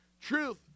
truth